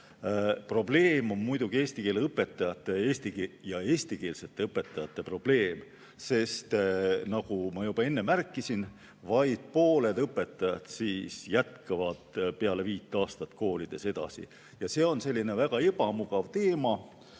probleem on muidugi eesti keele õpetajate ja eestikeelsete õpetajate probleem. Nagu ma enne märkisin, vaid pooled õpetajad jätkavad peale viit aastat koolides edasi. See on väga ebamugav teema